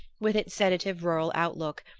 with its sedative rural outlook,